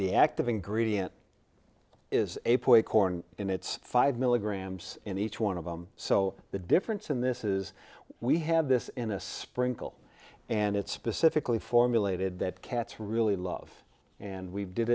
the active ingredient is a point corn in it's five milligrams in each one of them so the difference in this is we have this in a sprinkle and it's specifically formulated that cats really love and we did